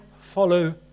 follow